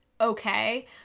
okay